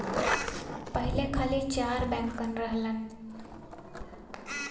पहिले खाली चार बैंकन रहलन